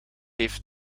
heeft